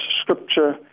scripture